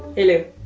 hello.